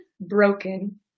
broken